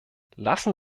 lassen